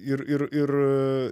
ir ir ir